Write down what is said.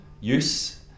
use